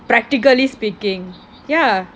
practically speaking